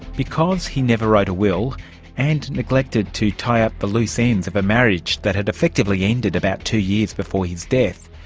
because he never wrote a will and neglected to tie up the loose ends of a marriage that had effectively ended about two years before his death,